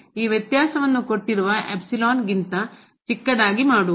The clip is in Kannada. ಈ ವ್ಯತ್ಯಾಸವನ್ನು ಕೊಟ್ಟಿರುವ ಎಪ್ಸಿಲಾನ್ ಗಿಂತ ಚಿಕ್ಕದಾಗಿ ಮಾಡುವುದು